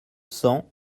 cents